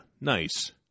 nice